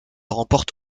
remporte